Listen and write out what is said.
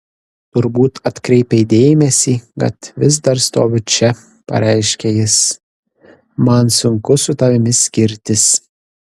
turbūt atkreipei dėmesį kad vis dar stoviu čia pareiškia jis man sunku su tavimi skirtis